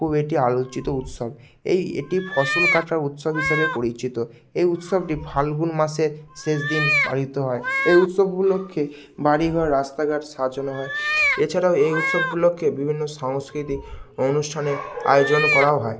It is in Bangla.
খুব এটি আলোচিত উৎসব এই এটি ফসল কাটার উৎসব হিসেবে পরিচিত এই উৎসবটি ফাল্গুন মাসে শেষ দিন পালিত হয় এই উৎসব উপলক্ষে বাড়ি ঘর রাস্তাঘাট সাজানো হয় এছাড়াও এই উৎসব উপলক্ষে বিভিন্ন সাংস্কৃতিক অনুষ্ঠানে আয়োজন করাও হয়